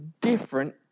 different